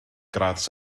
gradd